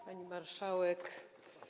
Pani Marszałek!